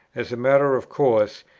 as a matter of course,